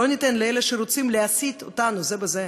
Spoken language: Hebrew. לא ניתן לאלה שרוצים להסית אותנו זה בזה,